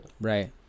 Right